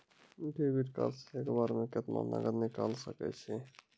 Debit card से एक बार मे केतना नगद निकाल सके छी?